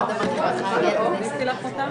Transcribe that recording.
אתה היחיד שהיה לו אומץ להגיע לפה,